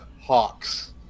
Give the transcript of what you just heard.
Hawks